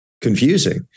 confusing